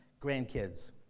grandkids